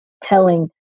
telling